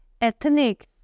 ethnic